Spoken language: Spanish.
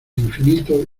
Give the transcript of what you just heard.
infinito